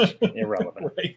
Irrelevant